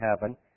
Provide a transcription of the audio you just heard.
heaven